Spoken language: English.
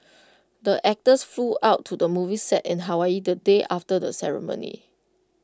the actors flew out to the movie set in Hawaii the day after the ceremony